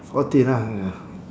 fourteen ah